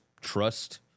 trust